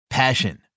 Passion